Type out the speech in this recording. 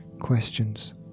questions